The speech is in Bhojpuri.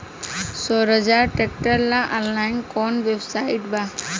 सोहराज ट्रैक्टर ला ऑनलाइन कोउन वेबसाइट बा?